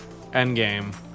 Endgame